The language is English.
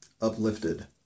uplifted